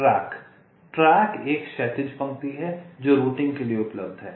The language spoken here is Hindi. ट्रैक ट्रैक एक क्षैतिज पंक्ति है जो रूटिंग के लिए उपलब्ध है